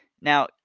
Now